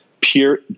pure